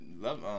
Love